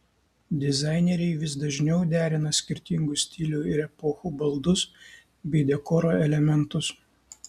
dizaineriai vis dažniau derina skirtingų stilių ir epochų baldus bei dekoro elementus